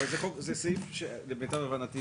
למיטב הבנתי